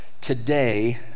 today